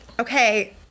Okay